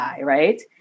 right